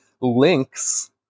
links